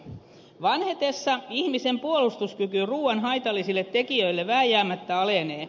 vanhetessa ihmisen puolustuskyky ruuan haitallisille tekijöille vääjäämättä alenee